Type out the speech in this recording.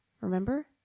Remember